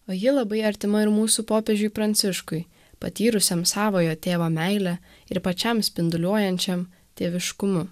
o ji labai artima ir mūsų popiežiui pranciškui patyrusiam savojo tėvo meilę ir pačiam spinduliuojančiam tėviškumu